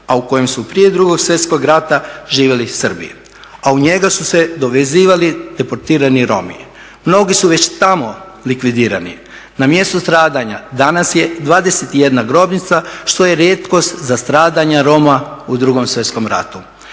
a u kojem su prije Drugog svjetskog rata živjeli Srbi, a u njega su se dovezivali deportirani Romi. Mnogi su već tamo likvidirani. Na mjestu stradanja danas je 21 grobnica što je rijetkost za stradanja Roma u Drugom svjetskom ratu.